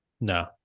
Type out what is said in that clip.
No